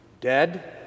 dead